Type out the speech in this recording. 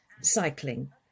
cycling